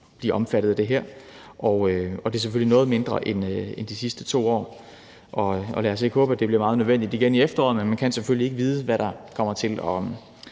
blive omfattet af det her. Det er selvfølgelig noget mindre end de sidste 2 år, og lad os ikke håbe, at det bliver meget nødvendigt igen i efteråret, men man kan selvfølgelig ikke vide, hvad der kommer til at